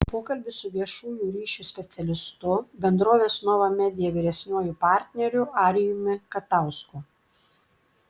pokalbis su viešųjų ryšių specialistu bendrovės nova media vyresniuoju partneriu arijumi katausku